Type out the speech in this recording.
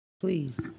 Please